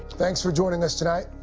thanks for joining us tonight.